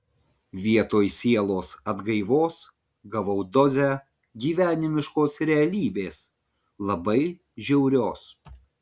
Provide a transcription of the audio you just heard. vietoj sielos atgaivos gavau dozę gyvenimiškos realybės labai žiaurios